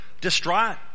distraught